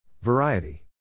Variety